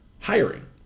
hiring